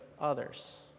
others